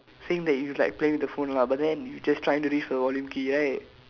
saying that you like playing with the phone lah but then you just trying to reach for volume key right